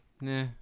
nah